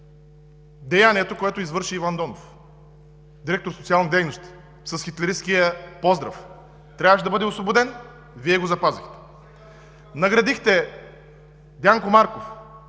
деянието, което извърши Иван Донов – директор „Социални дейности“, с хитлеристкия поздрав. Трябваше да бъде освободен – Вие го запазихте. Наградихте Дянко Марков,